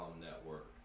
network